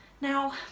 Now